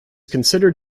considered